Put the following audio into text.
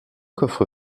coffre